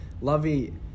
lovey